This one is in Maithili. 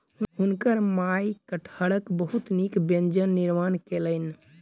हुनकर माई कटहरक बहुत नीक व्यंजन निर्माण कयलैन